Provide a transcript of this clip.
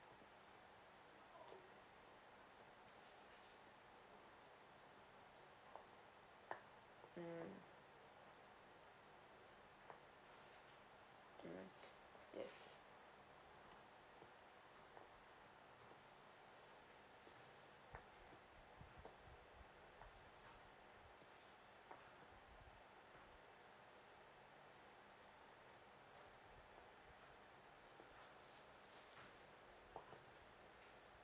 mm mm yes